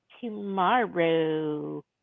Tomorrow